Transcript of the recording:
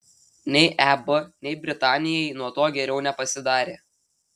nei eb nei britanijai nuo to geriau nepasidarė